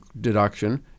deduction